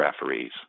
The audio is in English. referees